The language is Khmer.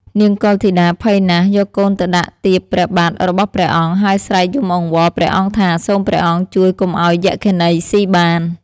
នាងកុលធីតាភ័យណាស់ យកកូនទៅដាក់ទៀបព្រះបាទរបស់ព្រះអង្គ ហើយស្រែកយំអង្វរព្រះអង្គថា សូមព្រះអង្គជួយកុំឲ្យយក្ខិនីស៊ីបាន។